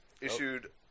issued